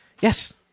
yes